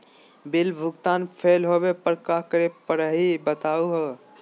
Bill भुगतान fail होवे पर का करै परही, बताहु हो?